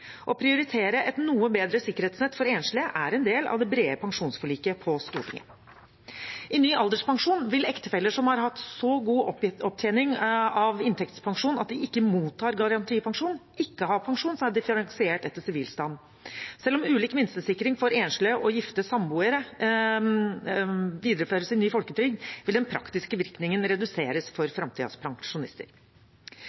Å prioritere et noe bedre sikkerhetsnett for enslige er en del av det brede pensjonsforliket på Stortinget. I ny alderspensjon vil ektefeller som har hatt så god opptjening av inntektspensjon at de ikke mottar garantipensjon, ikke ha pensjon som er differensiert etter sivilstand. Selv om ulik minstesikring for enslige og gifte og samboere videreføres i ny folketrygd, vil den praktiske virkningen reduseres for